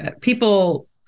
People